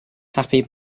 happy